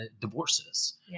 divorces